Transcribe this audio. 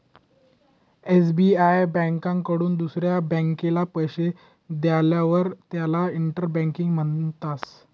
SBI ब्यांककडथून दुसरा ब्यांकले पैसा देयेलवर त्याले इंटर बँकिंग म्हणतस